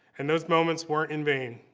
and those moments weren't in vain.